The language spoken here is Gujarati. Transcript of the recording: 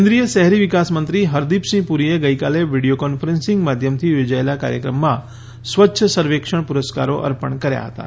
કેન્દ્રીય શહેરી વિકાસમંત્રી હરદીપસીંહ પુરીએ ગઈકાલે વિડીયો કોન્ફરન્સીંગ માધ્યમથી યોજાયેલાં કાર્યક્રમમાં સ્વચ્છ સર્વેક્ષણ પ્રરસ્કારો અર્પણ કર્યા હતાં